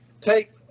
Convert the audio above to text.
take